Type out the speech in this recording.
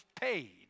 paid